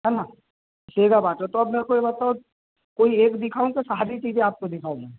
है न सेगा बाटा तो अब मेरे को ये बताओ कोई एक दिखाऊँ कि सारी चीज़ें आपको दिखाऊँ मैं